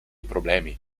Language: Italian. problemi